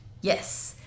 Yes